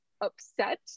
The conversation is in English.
upset